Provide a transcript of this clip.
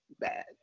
bad